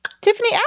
Tiffany